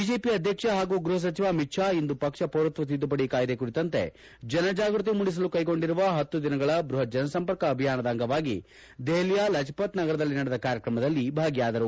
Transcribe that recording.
BJP ಅಧ್ಯಕ್ಷ ಹಾಗೂ ಗ್ಲಹ ಸಚಿವ ಅಮಿತ್ ಶಾ ಇಂದು ಪಕ್ಷ ಪೌರತ್ತ ತಿದ್ಲುವಡಿ ಕಾಯಿದೆ ಕುರಿತಂತೆ ಜನ ಜಾಗ್ಲತಿ ಮೂಡಿಸಲು ಕೈಗೊಂಡಿರುವ ಪತ್ತು ದಿನಗಳ ಬ್ಬಹತ್ ಜನ ಸಂಪರ್ಕ ಅಭಿಯಾನದ ಅಂಗವಾಗಿ ದೆಹಲಿಯ ಲಜ್ ಪತ್ ನಗರದಲ್ಲಿ ನಡೆದ ಕಾರ್ಯಕ್ರಮದಲ್ಲಿ ಭಾಗಿಯಾದರು